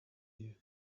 you